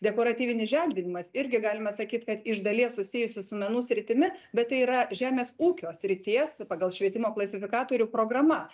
dekoratyvinis želdinimas irgi galima sakyt kad iš dalies susijusi su menų sritimi bet tai yra žemės ūkio srities pagal švietimo klasifikatorių programa